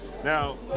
Now